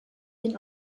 and